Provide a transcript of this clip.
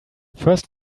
first